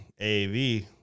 AAV